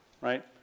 right